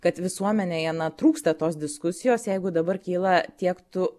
kad visuomenėje na trūksta tos diskusijos jeigu dabar kyla tiek tu